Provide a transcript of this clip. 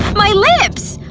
my lips!